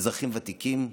אזרחים ותיקים.